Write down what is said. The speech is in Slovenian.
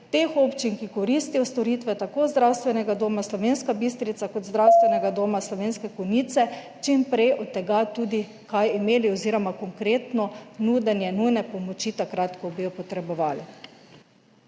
teh občin, ki koristijo storitve Zdravstvenega doma Slovenska Bistrica in Zdravstvenega doma Slovenske Konjice, čim prej od tega tudi kaj imeli oziroma konkretno nudenje nujne pomoči takrat, ko bi jo potrebovali.